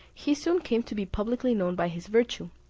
he soon came to be publicly known by his virtue,